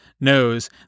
knows